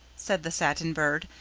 said the satin bird,